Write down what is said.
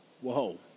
Whoa